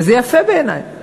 וזה יפה בעיני.